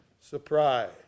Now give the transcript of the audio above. surprise